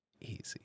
easy